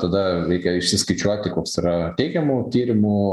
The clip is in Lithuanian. tada reikia išsiskaičiuoti koks yra teigiamų tyrimų